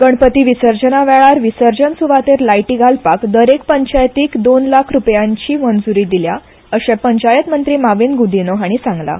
गणपती विसर्जना वेळार विसर्जन सुवातेर लायटी घालपाक दरेक पंचायतीक दोन लाख रुपयांची मंजुरी दिल्या अशें पंचायत मंत्री मॉवीन गुदिन्हो हांणी सांगलां